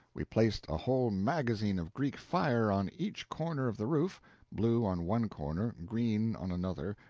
we placed a whole magazine of greek fire on each corner of the roof blue on one corner, green on another,